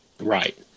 Right